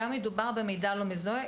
גם אם מדובר במידע לא מזוהה,